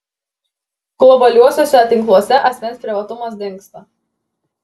globaliuosiuose tinkluose asmens privatumas dingsta